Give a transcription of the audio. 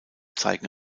zeigen